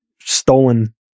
stolen